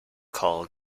call